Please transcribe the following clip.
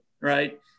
Right